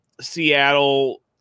seattle